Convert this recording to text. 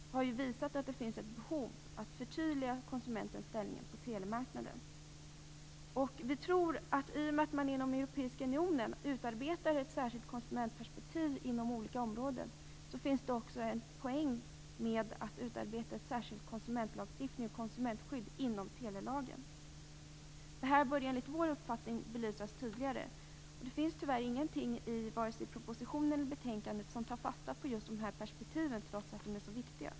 Det har ju visat sig att det finns ett behov av att förtydliga konsumentens ställning på telemarknaden. I och med att man inom den europeiska unionen utarbetar ett särskilt konsumentperspektiv inom olika områden finns det också en poäng med att utarbeta en särskild konsumentlagstiftning och ett särskilt konsumentskydd i telelagen. Enligt vår uppfattning bör detta belysas tydligare. Det finns tyvärr ingenting, vare sig i propositionen eller betänkandet, som tar fasta på just dessa perspektiv trots att de är så viktiga.